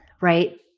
right